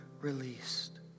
released